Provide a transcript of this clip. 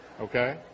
Okay